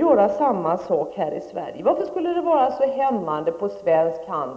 göra samma sak här i Sverige? Varför skulle det vara så hämmande för svensk handel?